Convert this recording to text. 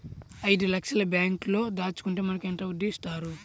ఐదు లక్షల బ్యాంక్లో దాచుకుంటే మనకు ఎంత వడ్డీ ఇస్తారు?